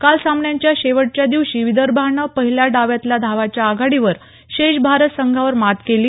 काल सामन्याच्या शेवटच्या दिवशी विदर्भानं पहिल्या डावातल्या धावांच्या आघाडीवर शेष भारत संघावर मात केली